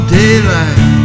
daylight